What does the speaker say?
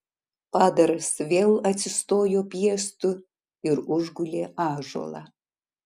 padaras vėl atsistojo piestu ir užgulė ąžuolą